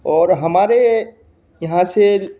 और हमारे यहाँ से